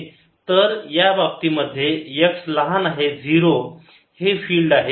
तर या बाबतीमध्ये x लहान आहे 0 हे फिल्ड आहे